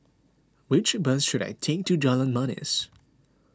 which bus should I take to Jalan Manis